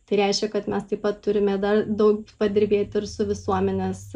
tai reiškia kad mes taip pat turime dar daug padirbėti ir su visuomenės